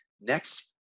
Next